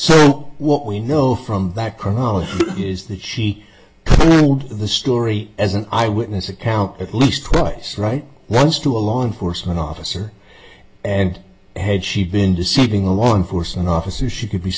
so what we know from back chronology is that she told the story as an eyewitness account at least twice right once to a law enforcement officer and had she been deceiving a law enforcement officer she could be